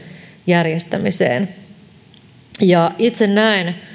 järjestämiseen itse näen